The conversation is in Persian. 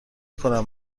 کنم